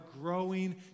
growing